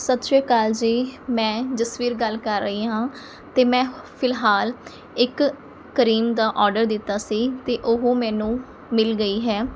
ਸਤਿ ਸ਼੍ਰੀ ਅਕਾਲ ਜੀ ਮੈਂ ਜਸਵੀਰ ਗੱਲ ਕਰ ਰਹੀ ਹਾਂ ਅਤੇ ਮੈਂ ਫਿਲਹਾਲ ਇੱਕ ਕਰੀਮ ਦਾ ਔਰਡਰ ਦਿੱਤਾ ਸੀ ਅਤੇ ਉਹ ਮੈਨੂੰ ਮਿਲ ਗਈ ਹੈ